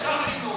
יש שר חינוך,